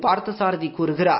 பார்த்தசாரதி கூறுகிறார்